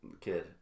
kid